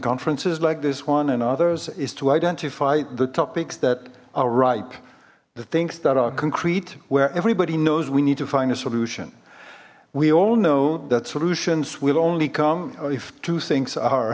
conferences like this one and others is to identify the topics that are ripe the things that are concrete where everybody knows we need to find a solution we all know that solutions will only come if two things are